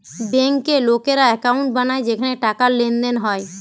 বেঙ্কে লোকেরা একাউন্ট বানায় যেখানে টাকার লেনদেন হয়